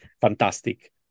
fantastic